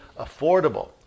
affordable